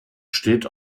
steht